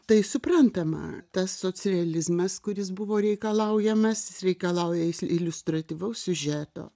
tai suprantama tas socializmas kuris buvo reikalaujamas jis reikalauja iliustratyvaus siužeto